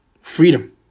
Freedom